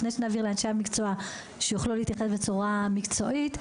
לפני שנעביר לאנשי המקצוע שיוכלו להתייחס בצורה מקצועית,